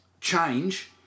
change